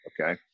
Okay